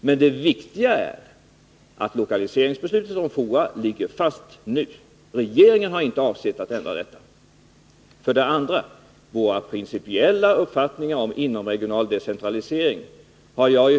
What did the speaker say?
Men det viktiga är att lokaliseringsbeslutet om FOA ligger fast. Regeringen har inte avsett att ändra det. Vidare har jag medverkat till att ”nita” fast våra principiella uppfattningar om inomregional decentralisering.